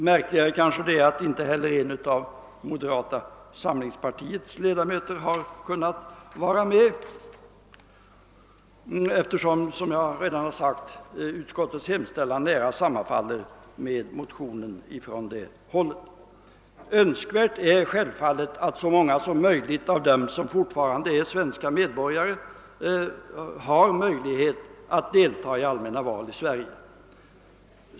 Märkligare är kanske att en av moderata samlingspartiets ledamöter inte heller har kunnat vara med om utskottets skrivning — utskottets hemställan sammanfaller nära, som jag redan sagt, med yrkandet i motionen från det hållet. : Önskvärt är självfallet att så många som möjligt av dem som fortfarande är svenska medborgare har rättighet att delta i allmänna val i Sverige.